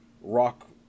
rock